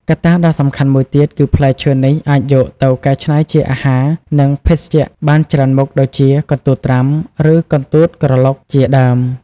កត្តាដ៏សំខាន់មួយទៀត គឺផ្លែឈើនេះអាចយកទៅកែច្នៃជាអាហារ និងភេសជ្ជៈបានច្រើនមុខ ដូចជា កន្ទួតត្រាំ ឬ កន្ទួតក្រឡុក ជាដើម។